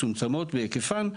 מצומצמות בהיקפן,